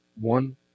one